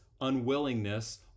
unwillingness